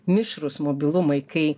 mišrūs mobilumai kai